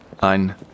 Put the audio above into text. Ein